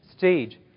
stage